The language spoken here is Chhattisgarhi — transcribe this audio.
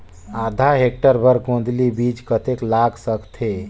आधा हेक्टेयर बर गोंदली बीच कतेक लाग सकथे?